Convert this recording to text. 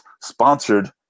sponsored